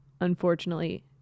Unfortunately